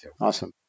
Awesome